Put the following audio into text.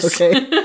Okay